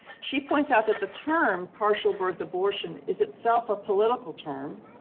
she points out that the term partial-birth abortion is itself a political term,